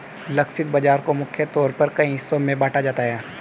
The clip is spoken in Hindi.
लक्षित बाजार को मुख्य तौर पर कई हिस्सों में बांटा जाता है